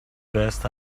best